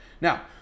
Now